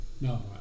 No